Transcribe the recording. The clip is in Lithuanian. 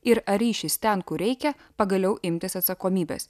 ir ar ryšis ten kur reikia pagaliau imtis atsakomybės